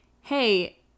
hey